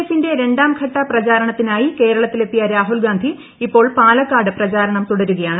എഫിന്റെ രണ്ടാം ഘട്ട പ്രചാരണത്തിനായി കേരളത്തിലെത്തിയ രാഹുൽഗാന്ധി ഇപ്പോൾ പാലക്കാട് പ്രചാരണം തുടരുകയാണ്